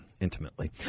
intimately